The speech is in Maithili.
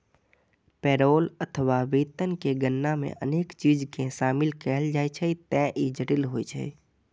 पेरोल अथवा वेतन के गणना मे अनेक चीज कें शामिल कैल जाइ छैं, ते ई जटिल होइ छै